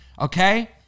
okay